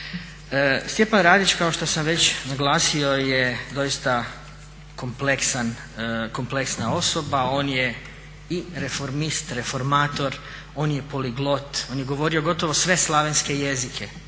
Stjepan Radić kao što sam već naglasio je doista kompleksna osoba, on je i reformist, reformator, on je poliglot. On je govorio gotovo sve slavenske jezike.